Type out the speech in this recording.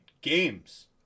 games